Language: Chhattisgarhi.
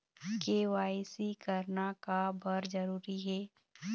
के.वाई.सी करना का बर जरूरी हे?